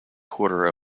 quarter